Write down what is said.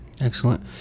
Excellent